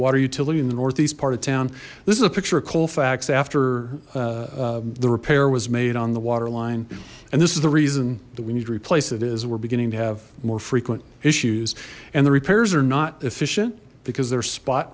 water utility in the northeast part of town this is a picture of colfax after the repair was made on the waterline and this is the reason that we need to replace it is we're beginning to have more frequent issues and the repairs are not efficient because they're spot